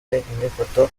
inyifato